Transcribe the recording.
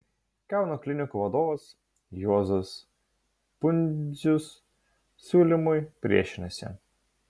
kauno klinikų vadovas juozas pundzius siūlymui priešinasi